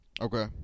Okay